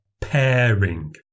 pairing